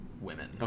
women